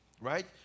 right